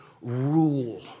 rule